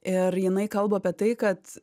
ir jinai kalba apie tai kad